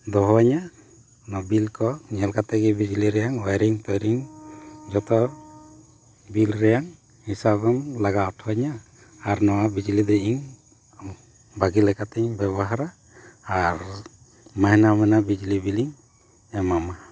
ᱫᱚᱦᱚᱣᱟᱹᱧᱟ ᱚᱱᱟ ᱵᱤᱞ ᱠᱚ ᱧᱮᱞ ᱠᱟᱛᱮ ᱜᱮ ᱵᱤᱡᱽᱞᱤ ᱨᱮ ᱚᱭᱨᱤᱝ ᱛᱚᱭᱨᱤᱝ ᱡᱚᱛᱚ ᱵᱤᱞ ᱨᱮᱭᱟᱝ ᱦᱤᱥᱟᱹᱵᱮᱢ ᱞᱟᱜᱟᱣ ᱚᱴᱚ ᱟᱹᱧᱟ ᱟᱨ ᱱᱚᱣᱟ ᱵᱤᱡᱽᱞᱤ ᱫᱚ ᱤᱧ ᱵᱷᱟᱹᱜᱤ ᱞᱮᱠᱟᱛᱮᱧ ᱵᱮᱵᱚᱦᱟᱨᱟ ᱟᱨ ᱢᱟᱭᱱᱟᱹ ᱢᱟᱭᱱᱟᱹ ᱵᱤᱡᱽᱞᱤ ᱵᱤᱞᱤᱧ ᱮᱢᱟᱢᱟ